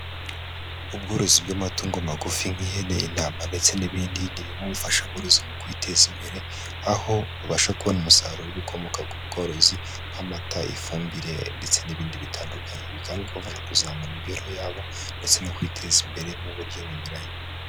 Ubworozi bw'amatungo magufi nk'ihene, intama ndetse n'ibindi ni bimwe mu bifasha aborozi mu kwiteza imbere, aho babasha kubona umusaruro wibikomoka ku bworozi nk'amata, ifumbire ndetse n'ibindi bitandukanye, ibi kandi bikabafasha kuzamura imibereho yabo ndetse no kwiteza imbere mu buryo bunyuranye.